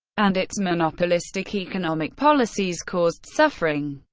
and its monopolistic economic policies caused suffering.